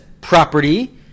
property